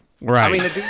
Right